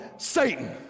Satan